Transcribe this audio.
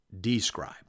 describe